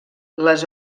les